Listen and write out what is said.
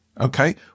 Okay